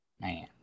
Man